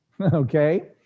okay